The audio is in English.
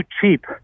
cheap